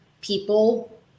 people